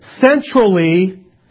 centrally